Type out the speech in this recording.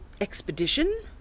expedition